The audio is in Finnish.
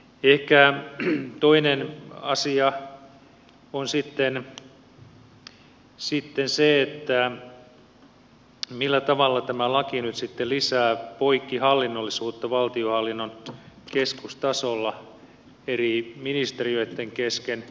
ehkä toinen asia on sitten se millä tavalla tämä laki nyt sitten lisää poikkihallinnollisuutta valtionhallinnon keskustasolla eri ministeriöitten kesken